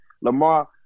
Lamar